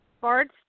Bards